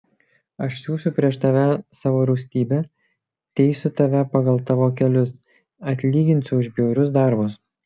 aš siųsiu prieš tave savo rūstybę teisiu tave pagal tavo kelius atlyginsiu už bjaurius darbus